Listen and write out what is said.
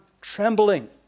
trembling